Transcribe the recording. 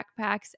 backpacks